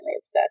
obsessed